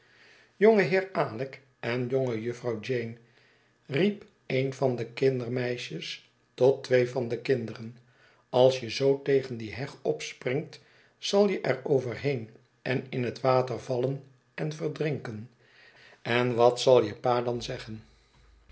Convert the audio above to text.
jonge heer alick en jonge jufvrouw jeane riep een van de kindermeisjes tot twee van de kinderen als je zoo tegen die heg opspringt zal je er overheen in het water vallen en verdrinken en wat zal je pa dan zeggen